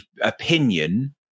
opinion